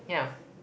yeah